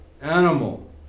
animal